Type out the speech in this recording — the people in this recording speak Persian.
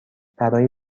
برای